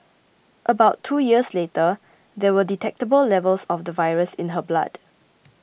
about two years later there were detectable levels of the virus in her blood